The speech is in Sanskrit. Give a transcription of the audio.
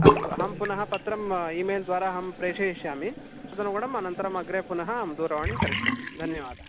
अस्तु अहं पुनः पत्रम् इमेल्द्वारा अहं प्रेषयिष्यामि तदनुगुणम् अनन्तरम् अग्रे पुनः अहं दूरवाणिं करिष्यामि धन्यवादः